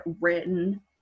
written